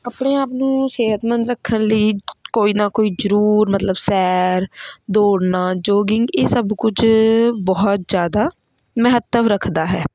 ਆਪਣੇ ਆਪ ਨੂੰ ਸਿਹਤਮੰਦ ਰੱਖਣ ਲਈ ਕੋਈ ਨਾ ਕੋਈ ਜ਼ਰੂਰ ਮਤਲਬ ਸੈਰ ਦੌੜਨਾ ਜੋਗਿੰਗ ਇਹ ਸਭ ਕੁਝ ਬਹੁਤ ਜ਼ਿਆਦਾ ਮਹੱਤਵ ਰੱਖਦਾ ਹੈ